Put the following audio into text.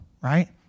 right